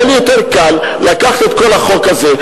היה לי הרבה יותר קל לקחת את החוק הזה,